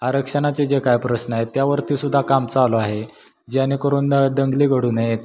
आरक्षणाचे जे काय प्रश्न आहेत त्यावरतीसुद्धा काम चालू आहे जेणेकरून दंगली घडू नये